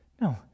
No